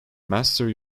master